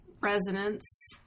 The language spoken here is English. resonance